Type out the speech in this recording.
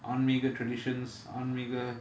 ஆன்மீக:aanmeega traditions ஆன்மீக:aanmeega